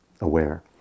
aware